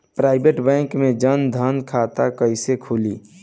Private bank मे जन धन खाता कैसे खुली?